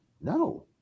No